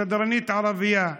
שדרנית ערבייה,